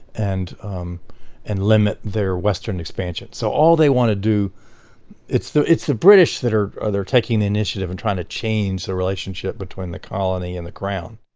and um and limit their western expansion. so all they want to do it's the it's the british that are are taking the initiative and trying to change the relationship between the colony and the crown.